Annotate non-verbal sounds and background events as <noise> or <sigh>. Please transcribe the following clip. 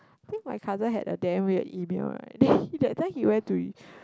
think my cousin had a damn weird email then <noise> that time he went to